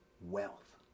wealth